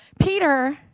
Peter